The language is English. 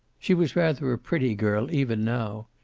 she was rather a pretty girl, even now.